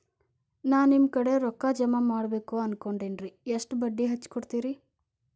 ನಾ ನಿಮ್ಮ ಕಡೆ ರೊಕ್ಕ ಜಮಾ ಮಾಡಬೇಕು ಅನ್ಕೊಂಡೆನ್ರಿ, ಎಷ್ಟು ಬಡ್ಡಿ ಹಚ್ಚಿಕೊಡುತ್ತೇರಿ?